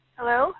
Hello